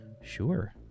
Sure